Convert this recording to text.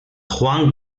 juan